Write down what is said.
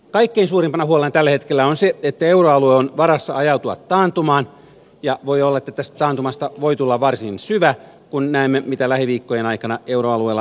kaikkein suurimpana huolena tällä hetkellä on se että euroalue on vaarassa ajautua taantumaan ja voi olla että tästä taantumasta voi tulla varsin syvä kun näemme mitä lähiviikkojen aikana euroalueella tapahtuu